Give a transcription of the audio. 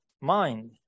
mind